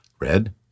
red